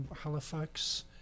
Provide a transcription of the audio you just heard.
Halifax